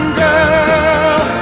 girl